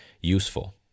useful